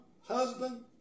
husband